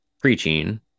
preaching